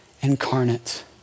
incarnate